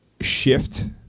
shift